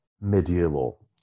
medieval